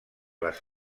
les